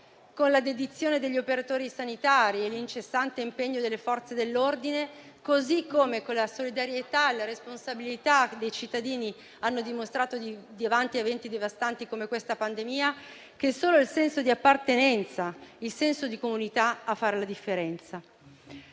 con la dedizione degli operatori sanitari e l'incessante impegno delle Forze dell'ordine, così come con la solidarietà e la responsabilità che i cittadini hanno dimostrato davanti a eventi devastanti come questa pandemia, abbiamo certamente capito che sono il senso di appartenenza e il senso di comunità a fare la differenza.